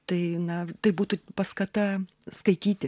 tai na tai būtų paskata skaityti